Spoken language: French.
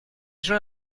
gens